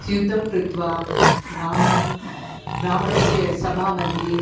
युद्धं कृत्वा रावणं रावणस्य सभामध्ये